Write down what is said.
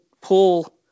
pull